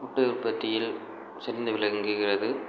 முட்டை உற்பத்தியில் சிறந்து விளங்குகிறது